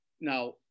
Now